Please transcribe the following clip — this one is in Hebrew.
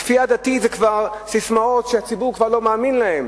הכפייה הדתית זה כבר ססמאות שהציבור לא מאמין להן,